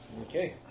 Okay